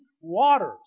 waters